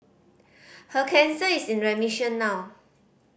her cancer is in remission now